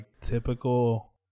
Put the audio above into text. typical